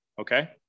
Okay